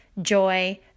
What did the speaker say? joy